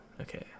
Okay